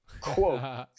Quote